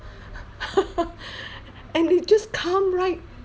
and they just come right